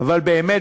אבל באמת,